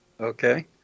Okay